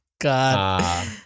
God